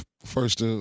first